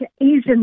Asian